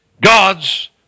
God's